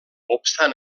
obstant